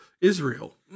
Israel